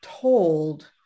told